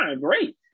great